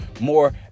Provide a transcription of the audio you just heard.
more